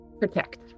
Protect